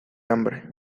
hambre